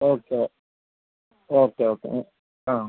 okay okay okay ഉം ആ